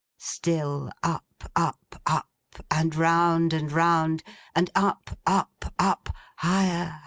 still up, up, up and round and round and up, up, up higher,